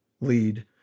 lead